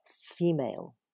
female